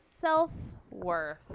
self-worth